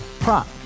Prop